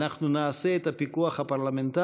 אנחנו נעשה את הפיקוח הפרלמנטרי,